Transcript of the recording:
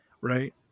Right